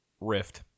rift